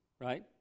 right